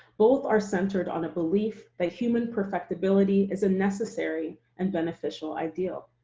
both are centered on a belief that human perfectibility is a necessary and beneficial ideal.